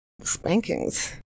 spankings